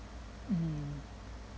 mm